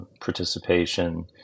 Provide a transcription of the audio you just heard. participation